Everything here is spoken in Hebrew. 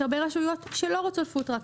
יש הרבה רשויות שלא רוצות פוד-טראק,